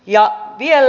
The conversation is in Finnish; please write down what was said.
ja vielä